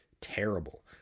terrible